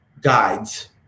guides